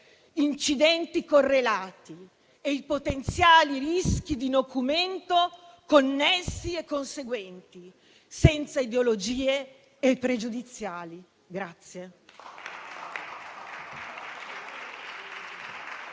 incidenti correlati e i potenziali rischi di nocumento connessi e conseguenti, senza ideologie e pregiudiziali.